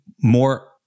more